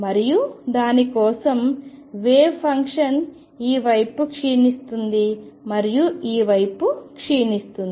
మరియు దాని కోసం వేవ్ ఫంక్షన్ ఈ వైపు క్షీణిస్తుంది మరియు ఈ వైపు క్షీణిస్తుంది